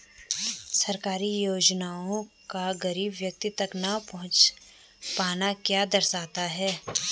सरकारी योजनाओं का गरीब व्यक्तियों तक न पहुँच पाना क्या दर्शाता है?